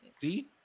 See